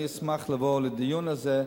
אני אשמח לבוא לדיון הזה.